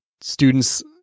students